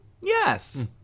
Yes